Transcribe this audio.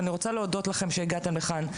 אני רוצה להודות לכם על כך שהגעתם לכאן.